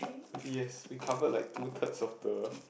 yes we covered like two thirds of the